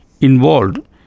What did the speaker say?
involved